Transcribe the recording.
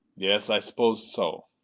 yes i suppose so.